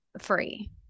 free